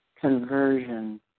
conversion